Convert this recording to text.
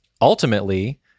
ultimately